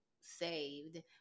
saved